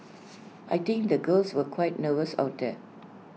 I think the girls were quite nervous out there